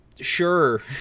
Sure